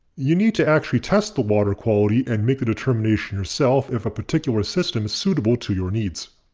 you need to actually test the water quality and make the determination yourself if a particular system is suitable to your needs.